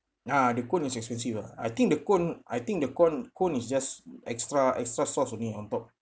ah the cone was expensive ah I think the cone I think the cone cone is just extra extra sauce only on top